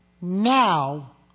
now